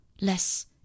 less